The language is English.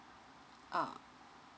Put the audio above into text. uh